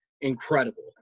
incredible